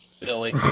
Billy